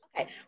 Okay